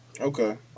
Okay